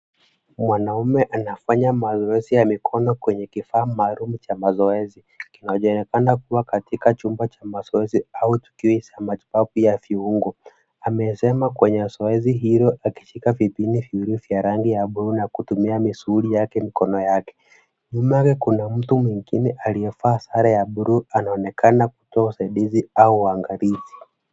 Mwanaume anafanya mazoezi ya mikono kwenye kifaa maalum cha mazoezi kinachoonekana kuwa katika chumba cha mazoezi au kile cha matibabu ya viungo. Amezama kwenye zoezi hilo akishika vipini viwili vya rangi ya bluu na kutumia misuli yake mikono yake. Nyuma yake kuna mtu mwingine aliyevaa sare ya bluu anaonekana kutoa usaidizi au uangalizi.